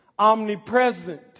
omnipresent